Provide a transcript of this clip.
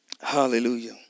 Hallelujah